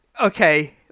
okay